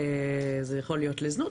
זה יכול להיות לזנות,